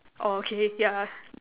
orh K yeah